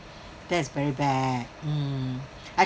that is very bad mm I